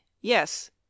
yes